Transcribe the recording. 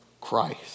Christ